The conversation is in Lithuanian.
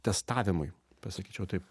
testavimui pasakyčiau taip